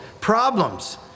problems